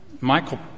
Michael